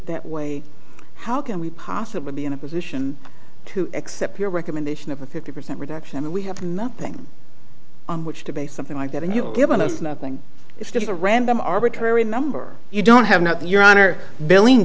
that way how can we possibly be in a position to accept your recommendation of a fifty percent reduction and we have nothing on which to base something like that and you'll give us nothing if there's a random arbitrary number you don't have not your honor billing